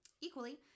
equally